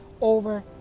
over